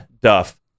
Duff